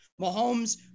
Mahomes